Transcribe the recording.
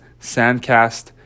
SANDCAST